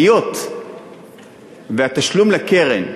היות שהתשלום לקרן,